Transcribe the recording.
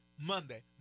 Monday